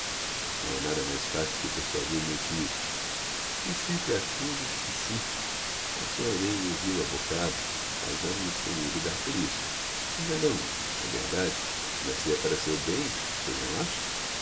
não ha nada mais facil do que persuadir o meu tio diz sempre a tudo que sim a senhora bem o ouviu ha boccado casamol o sem elle dar por isso enganamol o é verdade mas se é para seu bem pois não acha